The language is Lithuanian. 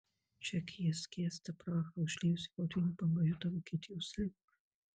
čekija skęsta prahą užliejusi potvynių banga juda vokietijos link